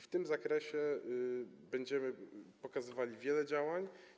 W tym zakresie będziemy pokazywali wiele działań.